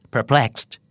Perplexed